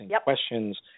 questions